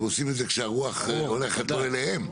הם עושים את זה כשהרוח הולכת לא אליהם.